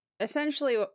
essentially